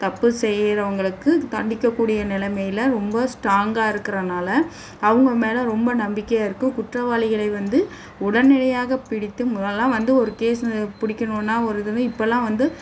தப்பு செய்கிறவங்களுக்கு தண்டிக்க கூடிய நிலமையில ரொம்ப ஸ்ட்ராங்காக இருக்குறதுனால அவங்க மேலே ரொம்ப நம்பிக்கையாக இருக்க குற்றவாளிகளை வந்து உடனடியாக பிடித்து முன்னாடிலாம் வந்து ஒரு கேஸு பிடிக்கணுன்னா ஒரு இது இப்போல்லாம் வந்து